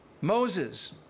Moses